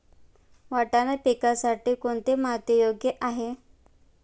वाटाणा पिकासाठी कोणती माती योग्य आहे?